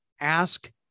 ask